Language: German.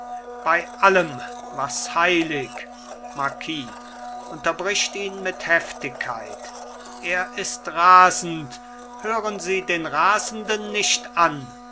bei allem was heilig marquis unterbricht ihn mit heftigkeit er ist rasend hören sie den rasenden nicht an